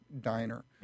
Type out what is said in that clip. diner